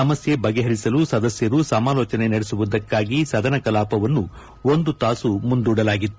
ಸಮಸ್ಯೆ ಬಗೆಹರಿಸಲು ಸದಸ್ಯರು ಸಮಾಲೋಚನೆ ನಡೆಸುವುದಕ್ಕಾಗಿ ಸದನ ಕಲಾಪವನ್ನು ಒಂದು ತಾಸು ಮುಂದೂಡಲಾಗಿತ್ತು